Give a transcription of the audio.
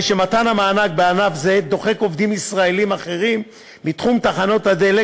מתן המענק בענף זה הרי דוחק עובדים ישראלים אחרים מתחום תחנות הדלק